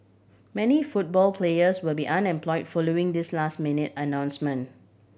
many football players will be unemploy following this last minute announcement